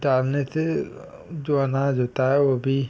डालने से जो अनाज होता है वह भी